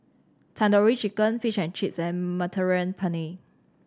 Tandoori Chicken Fish and Chips and Mediterranean Penne